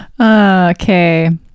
okay